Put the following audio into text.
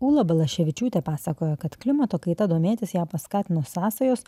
ūla balaševičiūtė pasakojo kad klimato kaita domėtis ją paskatino sąsajos